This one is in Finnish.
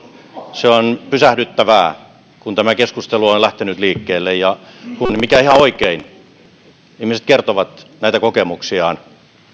se on pysähdyttävää kun tämä keskustelu on lähtenyt liikkeelle ja kun mikä on ihan oikein ihmiset kertovat näitä kokemuksiaan